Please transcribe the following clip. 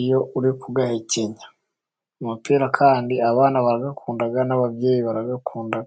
iyo uri kuyahekenya, amapera kandi abana ba bayakunda n'ababyeyi barayakunda.